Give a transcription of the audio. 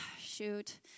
shoot